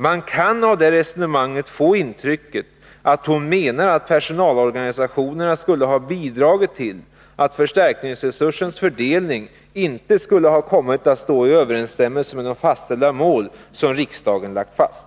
Man kan av det resonemanget få intrycket att hon menar att personalorganisationerna skulle ha bidragit till att förstärkningsresursens fördelning inte skulle ha kommit att stå i överensstämmelse med de mål som riksdagen lagt fast.